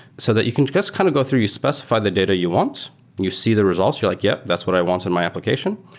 so that you can just kind of go through, you specify the data you want and you see the results. you're like, yup, that's what i want in my application,